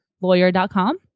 lawyer.com